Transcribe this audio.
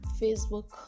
Facebook